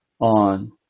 on